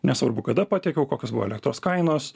nesvarbu kada pateikiau kokios buvo elektros kainos